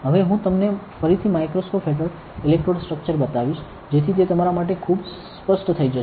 હવે હું તમને ફરીથી માઇક્રોસ્કોપ હેઠળ ઇલેક્ટ્રોડ સ્ટ્રક્ચર બતાવીશ જેથી તે તમારા માટે ખૂબ સ્પષ્ટ થઈ જાશે